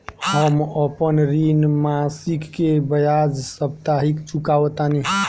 हम अपन ऋण मासिक के बजाय साप्ताहिक चुकावतानी